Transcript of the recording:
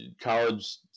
college